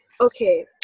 okay